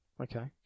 Okay